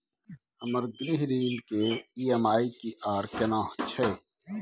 हमर गृह ऋण के ई.एम.आई की आर केना छै?